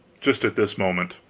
just as this moment.